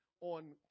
on